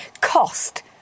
Cost